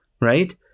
right